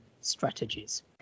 strategies